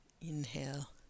inhale